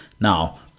Now